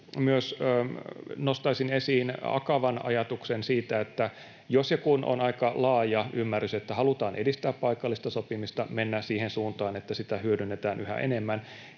nostaisin myös esiin Akavan ajatuksen siitä, että jos ja kun on aika laaja ymmärrys, että halutaan edistää paikallista sopimista, mennä siihen suuntaan, että sitä hyödynnetään yhä enemmän,